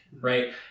right